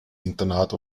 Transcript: internat